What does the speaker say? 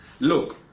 Look